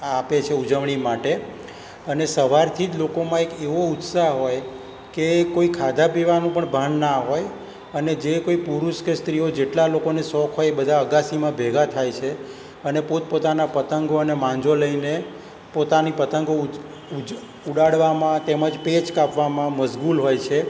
આપે છે ઉજવણી માટે અને સવારથી જ લોકોમાં એક એવો ઉત્સાહ હોય કે કોઈ ખાધા પીવાનું પણ ભાન ન હોય અને જે કોઈ પુરુષ કે સ્ત્રીઓ જેટલા લોકોને શોખ એ એ બધા અગાસીમાં ભેગા થાય છે અને પો પોતાના પતંગો અને માંજો લઈને પોતાની પતંગો ઉચ ઉચ ઊડાડવામાં તેમજ પેચ કાપવામાં મશગુલ હોય છે